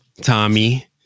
Tommy